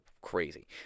crazy